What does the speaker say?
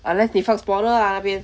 unless 你放 spawner lah 那边